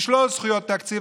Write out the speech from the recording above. לשלול זכויות תקציב,